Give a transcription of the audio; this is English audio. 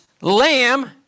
lamb